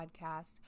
Podcast